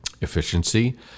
efficiency